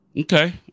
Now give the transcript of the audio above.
Okay